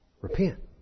Repent